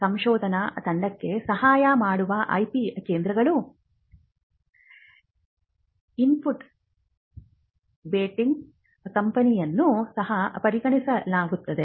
ಸಂಶೋಧನಾ ತಂಡಕ್ಕೆ ಸಹಾಯ ಮಾಡುವ IP ಕೇಂದ್ರಗಳು ಇನ್ಕ್ಯುಬೇಟಿಂಗ್ ಕಂಪನಿಯನ್ನು ಸಹ ಪರಿಗಣಿಸಲಾಗುತ್ತದೆ